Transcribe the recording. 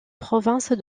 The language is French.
province